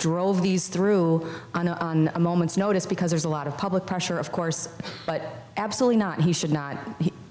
drove these through a moment's notice because there's a lot of public pressure of course but absolutely not he should not